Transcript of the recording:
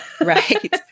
right